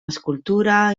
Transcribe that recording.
escultura